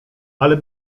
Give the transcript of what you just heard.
ale